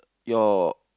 your